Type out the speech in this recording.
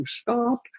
stop